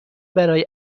برای